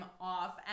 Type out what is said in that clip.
off